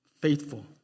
faithful